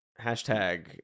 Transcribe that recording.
Hashtag